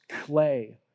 clay